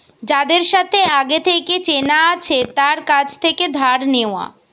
যাদের সাথে আগে থেকে চেনা আছে তার কাছ থেকে ধার নেওয়া